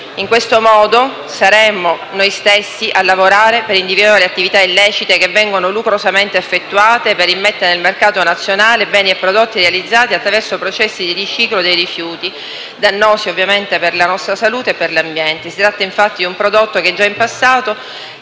In questo modo saremmo noi stessi a lavorare per individuare le attività illecite che vengono lucrosamente effettuate per immettere nel mercato nazionale beni e prodotti realizzati attraverso processi di riciclo dei rifiuti, dannosi ovviamente per la nostra salute e per l'ambiente. Si tratta infatti di un prodotto che già in passato